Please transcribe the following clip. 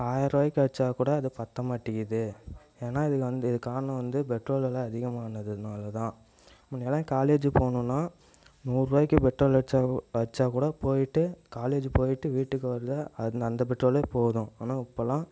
ஆயரூபாய்க்கு அடிச்சால் கூட அது பத்த மாட்டிக்குது ஏன்னால் இதுக்கு வந்து இது காரணம் வந்து பெட்ரோல் வில அதிகமானதனால தான் முன்னையெல்லாம் காலேஜுக்கு போகணுன்னா நூறுபாய்க்கு பெட்ரோல் அடிச்சால் கூ அடிச்சால் கூட போயிட்டு காலேஜு போயிட்டு வீட்டுக்கு அது அந்த பெட்ரோலே போதும் ஆனால் இப்போல்லாம்